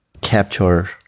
capture